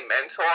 mentor